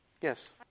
Yes